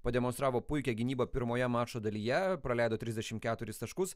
pademonstravo puikią gynybą pirmoje mačo dalyje praleido trisdešim keturis taškus